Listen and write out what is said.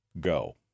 go